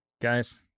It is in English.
Guys